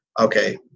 okay